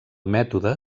mètode